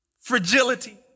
fragility